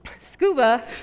SCUBA